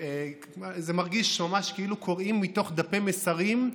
זה מרגיש כאילו ממש קוראים מתוך דפי מסרים,